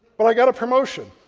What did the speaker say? but i got a promotion.